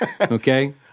Okay